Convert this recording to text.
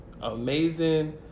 amazing